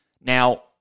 Now